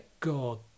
God